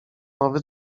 nowy